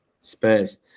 Spurs